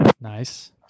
Nice